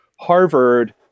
Harvard